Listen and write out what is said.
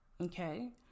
Okay